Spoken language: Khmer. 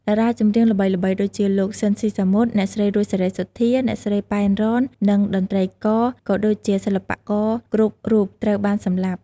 តារាចម្រៀងល្បីៗដូចជា លោក ស៊ីន ស៊ីសាមុត អ្នកស្រី រស់ សេរីសុទ្ធា អ្នកស្រី ប៉ែន រ៉ន និងតន្ត្រីករ ក៏ដូចជាសិល្បករគ្រប់រូបត្រូវបានសម្លាប់។